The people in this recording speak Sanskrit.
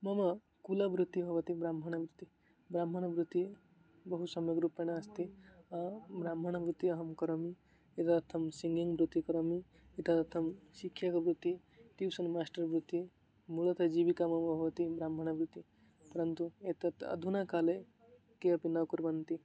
मम कुलवृत्तिः भवति ब्राह्मणवृत्तिः ब्राह्मणवृत्तिः बहु सम्यग्रूपेण अस्ति ब्राह्मणवृत्तिम् अहं करोमि एतदर्थं सिङ्गिङ्ग् वृत्तिं करोमि एतदर्थं शिक्षकवृत्तिः ट्यूशन् माश्टर् वृत्तिः मूलतः जीविका मम भवति ब्राह्मणवृत्तिः परन्तु एतत् अधुना काले के अपि न कुर्वन्ति